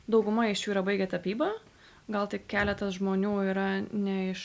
dauguma iš jų yra baigę tapybą gal tik keletas žmonių yra ne iš